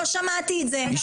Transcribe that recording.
אני לא שמעתי את זה.